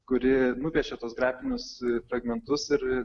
kuri nupiešė tuos grafinius fragmentus ir